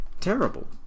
terrible